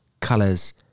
colors